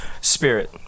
Spirit